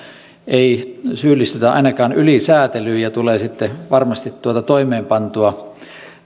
ei syyllistytä ainakaan ylisäätelyyn ja tulee sitten varmasti toimeenpantua tarkalla